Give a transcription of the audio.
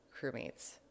crewmates